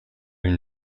une